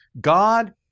God